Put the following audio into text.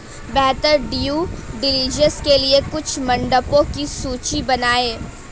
बेहतर due diligence के लिए कुछ मापदंडों की सूची बनाएं?